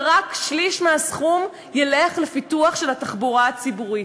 ורק שליש מהסכום ילך לפיתוח של התחבורה הציבורית.